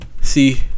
See